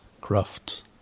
craft